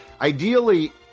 ideally